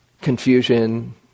confusion